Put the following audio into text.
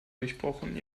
durchbrochen